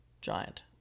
Giant